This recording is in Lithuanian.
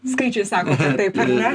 skaičiai sako kad taip ar ne